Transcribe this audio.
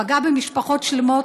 פגעה במשפחות שלמות,